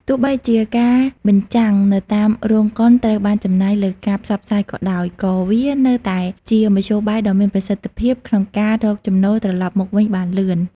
ទោះបីជាការបញ្ចាំងនៅតាមរោងកុនត្រូវការចំណាយលើការផ្សព្វផ្សាយក៏ដោយ ក៏វានៅតែជាមធ្យោបាយដ៏មានប្រសិទ្ធភាពក្នុងការរកចំណូលត្រឡប់មកវិញបានលឿន។